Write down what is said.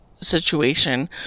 situation